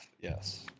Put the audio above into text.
Yes